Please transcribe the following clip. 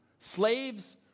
Slaves